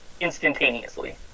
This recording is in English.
instantaneously